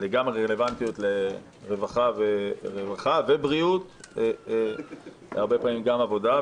לגמרי רלוונטיות לוועדת רווחה ובריאות והרבה פעמים גם עבודה,